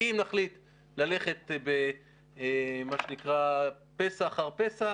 כי אם נחליט ללכת פסע אחר פסע,